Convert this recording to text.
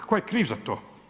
Tko je kriv za to?